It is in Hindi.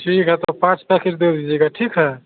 ठीक है तो पाँच पैकेट दे दीजिएगा ठीक है